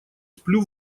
сплю